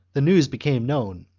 the news became known,